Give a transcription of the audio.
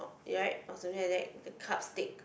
right or something like that the cup stick